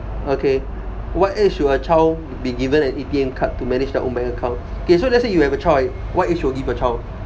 okay what age your child be given an A_T_M card to manage their own bank account okay so let's say you have a child right what age you'll give your child